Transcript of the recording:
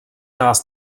nás